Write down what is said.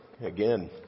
again